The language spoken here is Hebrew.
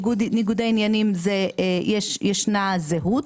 ניגודי עניינים ישנה זהות.